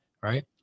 right